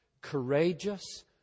courageous